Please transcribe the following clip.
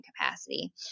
capacity